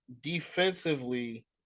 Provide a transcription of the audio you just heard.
defensively